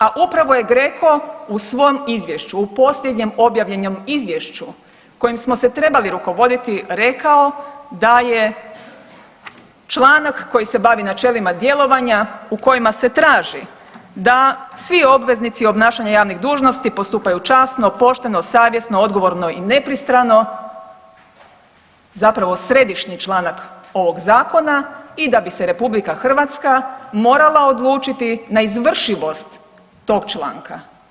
A upravo je GRECO u svom izvješću u posljednjem objavljenom izvješću kojim smo se trebali rukovoditi rekao da je članak koji se bavi načelima djelovanja u kojima se traži da svi obveznici obnašanja javnih dužnosti postupaju časno pošteno, savjesno, odgovorno i nepristrano zapravo središnji članak ovog zakona i da bi se RH morala odlučiti na izvršivost tog članka.